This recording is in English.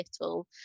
little